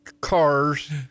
cars